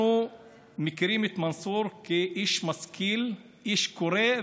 אנחנו מכירים את מנסור כאיש משכיל, איש קורא.